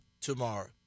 tomorrow